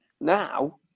now